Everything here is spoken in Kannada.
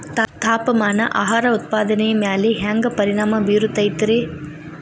ತಾಪಮಾನ ಆಹಾರ ಉತ್ಪಾದನೆಯ ಮ್ಯಾಲೆ ಹ್ಯಾಂಗ ಪರಿಣಾಮ ಬೇರುತೈತ ರೇ?